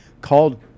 called